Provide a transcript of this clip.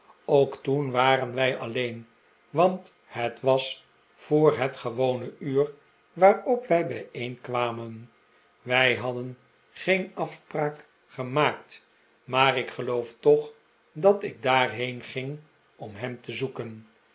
ook toen waren wij alleen want het was voor het gewone uur waarop wij bijeenkwamen wij hadden geen afspraak gemaakt maar ik geloof toch dat ik daarheen ging om hem te zoeken